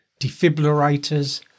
defibrillators